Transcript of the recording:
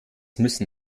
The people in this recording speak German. müssen